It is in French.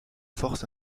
force